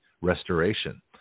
restoration